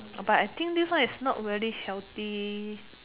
orh but I think this one is not very healthy